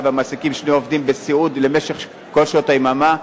ומעסיקים שני עובדים בסיעוד למשך כל שעות היממה.